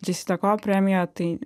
džesideko premija tai